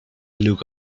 look